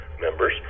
members